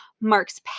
Mark's